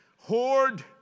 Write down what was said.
hoard